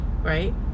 right